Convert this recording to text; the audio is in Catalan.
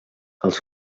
als